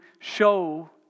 show